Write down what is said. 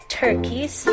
turkeys